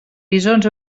bisons